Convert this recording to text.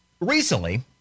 recently